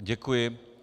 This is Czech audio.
Děkuji.